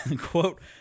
quote